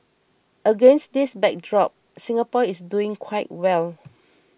against this backdrop Singapore is doing quite well